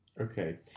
okay